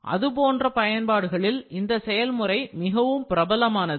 அது போன்ற பயன்பாடுகளில் இந்த செயல்முறை மிகவும் பிரபலமானது